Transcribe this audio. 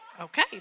okay